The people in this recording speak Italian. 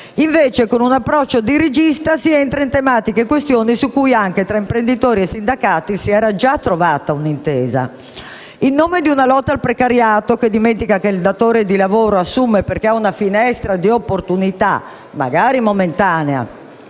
Invece, con un approccio dirigista si entra in tematiche e questioni su cui anche tra imprenditori e sindacati si era già trovata un'intesa. In nome di una lotta al precariato che dimentica che il datore di lavoro assume perché ha una finestra di opportunità, magari momentanea